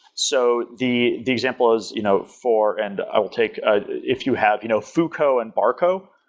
so the the example is you know for and i would take ah if you have you know fuko and barko.